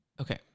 Okay